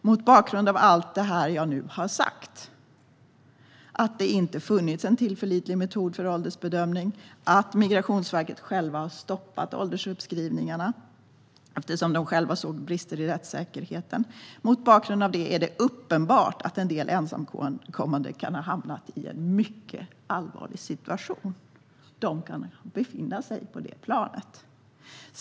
Mot bakgrund av allt jag har sagt här - att det inte funnits en tillförlitlig metod för åldersbedömning och att Migrationsverket har stoppat åldersuppskrivningarna eftersom de själva såg brister i rättssäkerheten - är det uppenbart att en del ensamkommande kan ha befunnit sig på planet och hamnat i en mycket allvarlig situation.